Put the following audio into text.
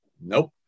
Nope